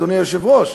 אדוני היושב-ראש,